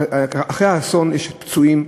אחרי האסון יש פצועים.